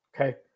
Okay